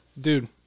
Dude